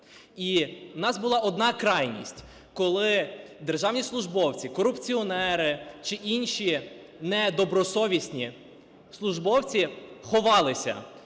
І у нас була одна крайність, коли державні службовці корупціонери чи інші недобросовісні службовці ховалися